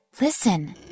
Listen